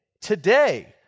today